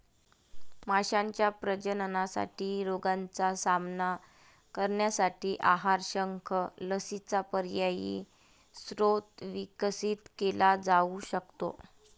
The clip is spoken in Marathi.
माशांच्या प्रजननासाठी रोगांचा सामना करण्यासाठी आहार, शंख, लसींचा पर्यायी स्रोत विकसित केला जाऊ शकतो